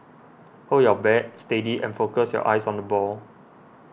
hold your bat steady and focus your eyes on the ball